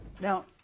Now